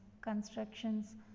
constructions